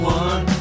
one